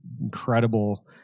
incredible